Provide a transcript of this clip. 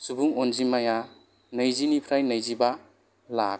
सुबुं अनजिमाया नैजि निफ्राय नैजिबा लाख